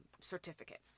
certificates